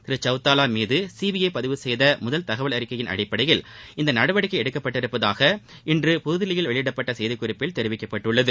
திரு சௌதாளா மீது சிபிஐ பதிவு செய்த முதல் தகவல் அறிக்கையின் அடிப்படையில் நடவடிக்கை எடுக்கப்பட்டுள்ளதாக இன்று புதுதில்லியில் இந்த வெளியிடப்பட்ட செய்திக்குறிப்பில் தெரிவிக்கப்பட்டுள்ளது